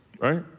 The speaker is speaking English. right